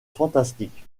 fantastique